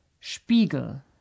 spiegel